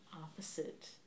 opposite